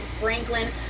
Franklin